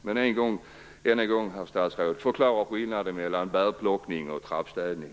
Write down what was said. Jag ber än en gång statsrådet förklara skillnaden mellan bärplockning och trappstädning.